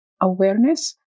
awareness